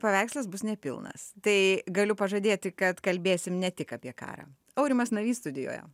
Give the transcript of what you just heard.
paveikslas bus nepilnas tai galiu pažadėti kad kalbėsim ne tik apie karą aurimas navys studijoje